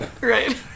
Right